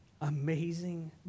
amazing